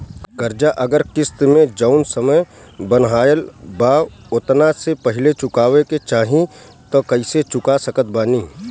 कर्जा अगर किश्त मे जऊन समय बनहाएल बा ओतना से पहिले चुकावे के चाहीं त कइसे चुका सकत बानी?